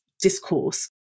discourse